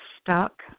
stuck